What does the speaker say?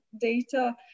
data